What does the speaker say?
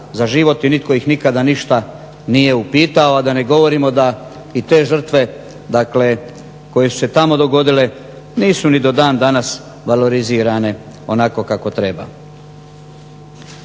za život i nitko ih nikada ništa nije upitao a da ne govorim da i te žrtve koje su se tamo dogodile nisu ni do dan danas valorizirane onako kako treba.